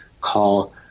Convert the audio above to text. call